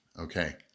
okay